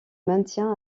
maintient